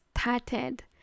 started